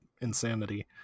insanity